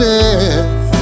death